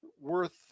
worth